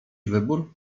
wybór